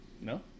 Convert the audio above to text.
No